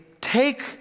take